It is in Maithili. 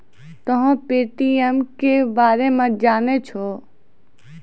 तोंय पे.टी.एम के बारे मे जाने छौं?